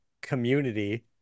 community